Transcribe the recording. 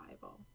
Bible